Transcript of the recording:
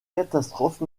catastrophes